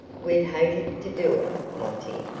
we hated to do it, monty,